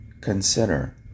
Consider